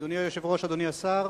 אדוני היושב-ראש, אדוני השר,